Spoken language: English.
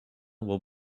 will